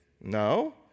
No